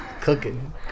cooking